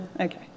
okay